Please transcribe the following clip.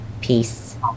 peace